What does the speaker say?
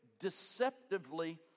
deceptively